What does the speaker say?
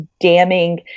damning